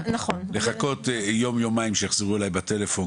לחכות יום יומיים שיחזרו אליי בטלפון